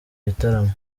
gitaramo